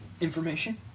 information